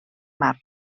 mar